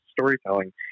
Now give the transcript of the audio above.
storytelling